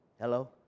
Hello